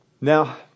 Now